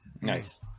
Nice